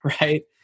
right